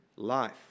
life